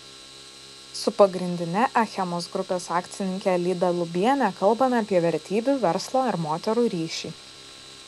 su pagrindine achemos grupės akcininke lyda lubiene kalbame apie vertybių verslo ir moterų ryšį